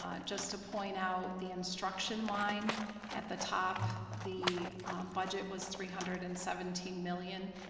um just to point out the instruction line at the top, the budget was three hundred and seventeen million,